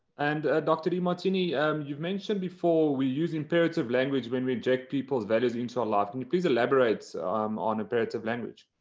and dr. demartini um you've mentioned before we use imperative language, when we inject people's values into our life, can you please elaborate on imperative of language?